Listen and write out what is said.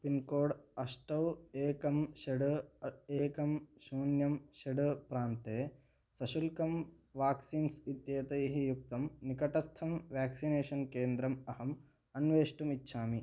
pincode अष्ट एकं षट् एकं शून्यं षट् प्रान्ते सशुल्कं वाक्सीन्स् इत्येतैः युक्तं निकटस्थं व्याक्सिनेषन् केन्द्रम् अहम् अन्वेष्टुमिच्छामि